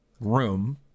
room